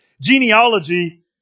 genealogy